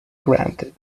granted